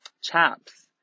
chaps